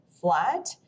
flat